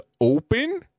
open